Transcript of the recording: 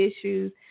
issues